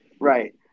Right